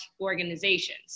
organizations